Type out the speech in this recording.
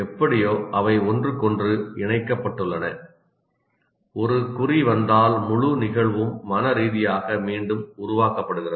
எப்படியோ அவை ஒன்றுக்கொன்று இணைக்கப்பட்டுள்ளன ஒரு குறி வந்தால் முழு நிகழ்வும் மனரீதியாக மீண்டும் உருவாக்கப்படுகிறது